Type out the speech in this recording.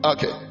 Okay